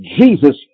Jesus